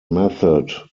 method